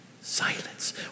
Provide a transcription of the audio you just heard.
Silence